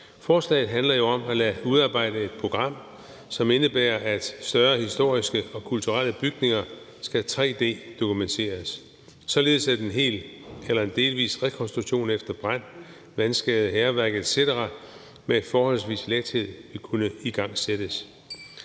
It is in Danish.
Forslaget handler jo om at lade udarbejde et program, som indebærer, at større historiske og kulturelle bygninger skal tre-d-dokumenteres, således at en hel eller delvis rekonstruktion efter brand, vandskade etc. med forholdsvis lethed ville kunne igangsættes.